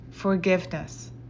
Forgiveness